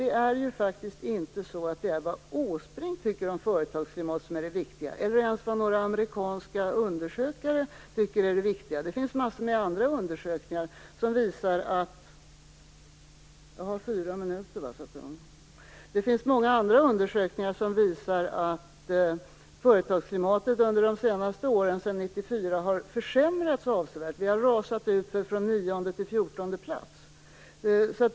Det är faktiskt inte vad Erik Åsbrink tycker om företagsklimatet som är det viktiga och inte heller vad några amerikanska undersökare tycker är det viktiga. Det finns många andra undersökningar som visar att företagsklimatet under de senaste åren sedan 1994 har försämrats avsevärt. Vi har rasat utför från 9:e till 14:e plats.